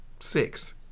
Six